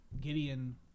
Gideon